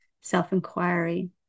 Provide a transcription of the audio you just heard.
self-inquiry